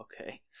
okay